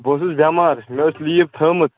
بہٕ اوسُس بٮ۪مار مےٚ ٲس لیٖو تھٲومٕژ